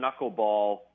knuckleball